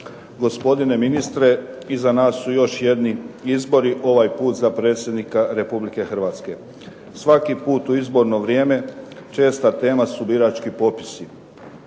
Gospodine ministre, iza nas su još jedni izbori, ovaj put za predsjednika Republike Hrvatske. Svaki put u izborno vrijeme česta tema su birački popisi.